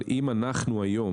אבל אם אנחנו היום,